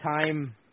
time